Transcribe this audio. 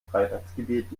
freitagsgebet